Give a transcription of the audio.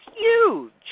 huge